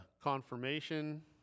confirmation